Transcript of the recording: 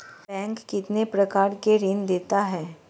Bank कितने प्रकार के ऋण देता है?